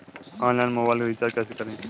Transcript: Online mobile recharge कैसे करें?